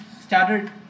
started